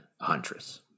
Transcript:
Huntress